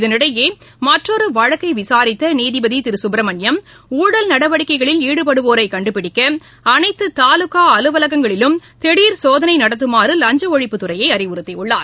இதளிடையே மற்றொரு வழக்கை விசாரித்த நீதிபதி திரு சுப்ரமணியம் ஊழல் நடவடிக்கைகளில் ஈடுபடுவோரை கண்டுபிடிக்க அனைத்து தாலுகா அலுவலகங்களிலும் திடர் சோதனை நடத்துமாறு லஞ்ச ஒழிப்புத் துறையை அறிவுறுத்தியுள்ளார்